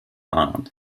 island